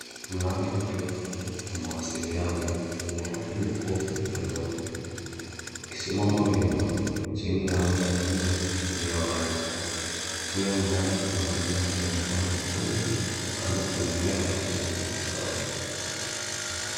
Mnara mrefu wa mawasiliano wenye rangi nyekundu na nyeupe. Ukisimama wima chini ya anga ya buluu iliyo wazi. Chini ya mnara kuna majengo yenye paa nyekundu, na kando kuna eneo la nyasi kavu.